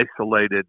isolated